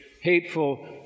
hateful